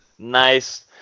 nice